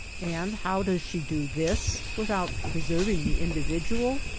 and how does she do this without preserving the individual?